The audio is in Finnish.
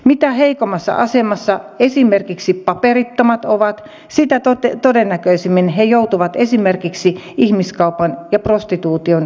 mitä heikommassa asemassa esimerkiksi paperittomat ovat sitä todennäköisemmin he joutuvat esimerkiksi ihmiskaupan ja prostituution uhreiksi